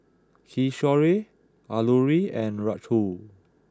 Kishore Alluri and Rahul